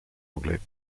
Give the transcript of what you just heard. anglais